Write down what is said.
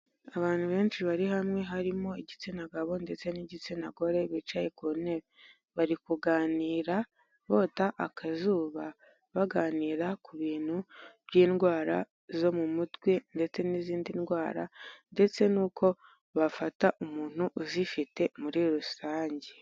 Abantu benshi bari hamwe harimo igitsina gabo ndetse n'igitsina gore bicaye ku ntebe. Bari kuganira bota akazuba baganira ku bintu by'indwara zo mu mutwe ndetse n'izindi ndwara ndetse n'uko bafata umuntu uzifite muri rusange.